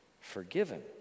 forgiven